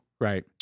right